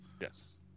Yes